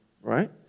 Right